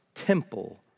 temple